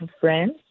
friends